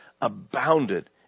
abounded